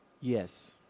Yes